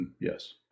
Yes